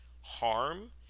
harm